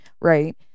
right